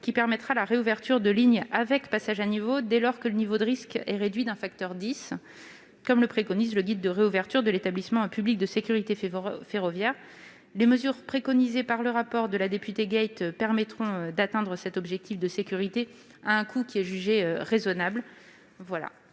qui permettra la réouverture de lignes avec passages à niveau, dès lors que le niveau de risque est réduit d'un facteur dix, comme le préconise le guide de réouverture de l'Établissement public de sécurité ferroviaire. Les mesures préconisées par le rapport de la députée Laurence Gayte permettront d'atteindre cet objectif de sécurité à un coût qui est jugé raisonnable.